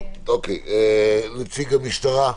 אוקיי, נציג המשטרה,